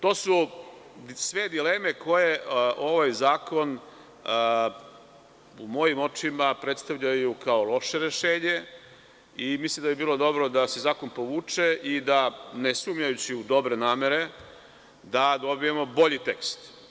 To su sve dileme koje ovaj zakon u mojim očima predstavljaju kao loše rešenje i mislim da bi bilo dobro da se zakon povuče i da, ne sumnjajući u dobre namere, dobijemo bolji tekst.